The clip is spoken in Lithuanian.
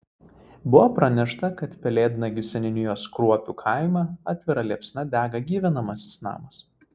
buvo pranešta kad pelėdnagių seniūnijos kruopių kaime atvira liepsna dega gyvenamasis namas